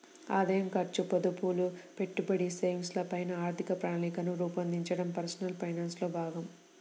ఆదాయం, ఖర్చు, పొదుపులు, పెట్టుబడి, సేవింగ్స్ ల పైన ఆర్థిక ప్రణాళికను రూపొందించడం పర్సనల్ ఫైనాన్స్ లో భాగం